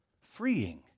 freeing